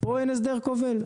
פה אין הסדר כובל.